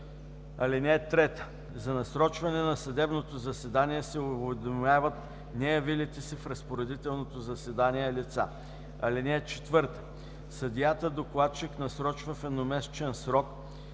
(3) За насрочване на съдебното заседание се уведомяват неявилите се в разпоредителното заседание лица. (4) Съдията-докладчик насрочва в едномесечен срок